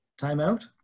Timeout